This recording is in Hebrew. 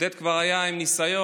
עודד כבר היה עם ניסיון.